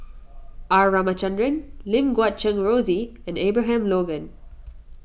R Ramachandran Lim Guat Kheng Rosie and Abraham Logan